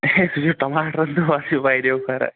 سُہ چھُ ٹماٹرس دۅہَس تہِ واریاہ فرق